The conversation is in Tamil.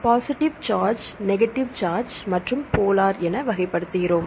பாசிட்டிவ் சார்ஜ் நெகட்டிவ் சார்ஜ் மற்றும் போலார் என வகைப்படுத்துகிறோம்